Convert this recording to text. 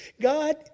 God